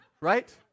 Right